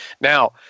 Now